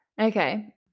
Okay